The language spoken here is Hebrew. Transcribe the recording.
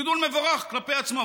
גידול מבורך בפני עצמו,